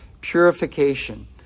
purification